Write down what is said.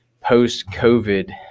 post-COVID